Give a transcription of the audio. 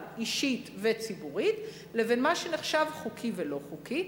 אישית וציבורית לבין מה שנחשב חוקי ולא חוקי.